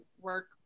work